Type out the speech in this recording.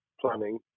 planning